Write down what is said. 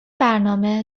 برنامه